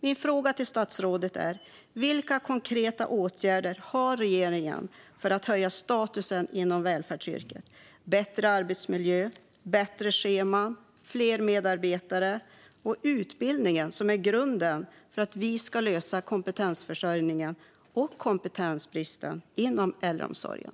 Min fråga till statsrådet är: Vilka konkreta åtgärder vidtar regeringen för att höja statusen inom välfärdsyrket och åstadkomma en bättre arbetsmiljö, bättre scheman, fler medarbetare och den utbildning som är grunden för att vi ska kunna lösa kompetensförsörjningen och kompetensbristen inom äldreomsorgen?